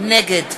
נגד